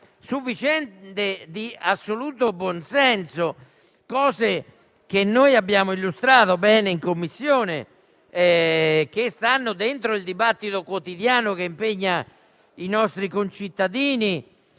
su vicende di assoluto buonsenso, su cose che abbiamo illustrato bene in Commissione e che fanno parte del dibattito quotidiano che impegna i nostri concittadini.